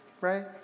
right